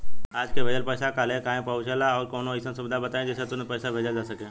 आज के भेजल पैसा कालहे काहे पहुचेला और कौनों अइसन सुविधा बताई जेसे तुरंते पैसा भेजल जा सके?